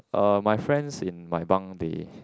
uh my friends in my bunk they